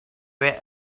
were